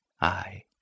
I